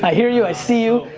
i hear you, i see you.